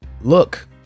look